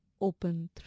open